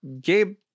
Gabe